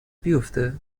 بیفته